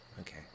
Okay